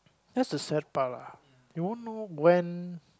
that's the sad part lah you won't know when